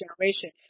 generation